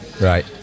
Right